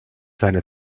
seine